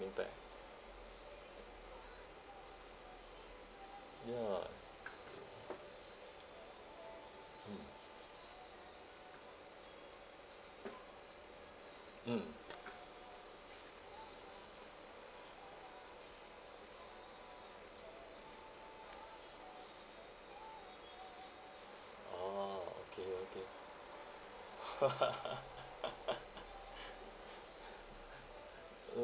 back ya mm mm orh okay okay